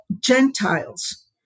Gentiles